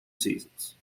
seasons